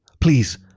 Please